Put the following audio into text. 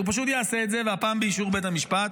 הוא פשוט יעשה את זה, והפעם באישור בית המשפט.